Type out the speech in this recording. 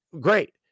great